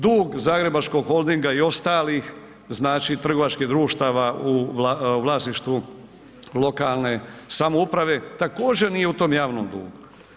Dug Zagrebačkog holdinga i ostalih znači trgovačkih društava u vlasništvu lokalne samouprave, također, nije u tom javnom dugu.